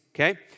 Okay